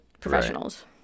professionals